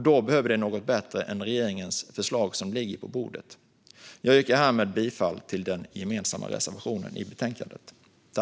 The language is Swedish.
De behöver något bättre än regeringens förslag som ligger på bordet. Fru talman! Jag yrkar härmed bifall till den gemensamma reservationen i betänkandet.